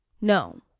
No